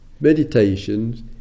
meditations